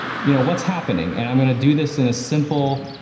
you know what's happening and i'm gonna do this in a simple